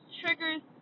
triggers